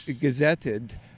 gazetted